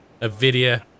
Nvidia